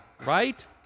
Right